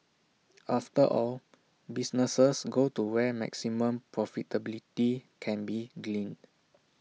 after all businesses go to where maximum profitability can be gleaned